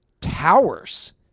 Towers